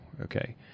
Okay